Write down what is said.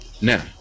Now